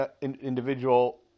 individual